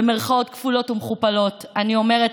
במירכאות כפולות ומכופלות, אני אומרת: